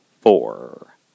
Four